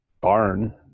barn